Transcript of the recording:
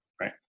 right